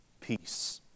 peace